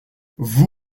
vous